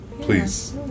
please